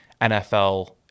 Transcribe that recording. NFL –